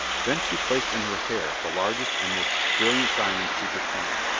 then she placed in her hair the largest and most brilliant diamonds she could find,